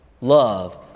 love